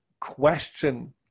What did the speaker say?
question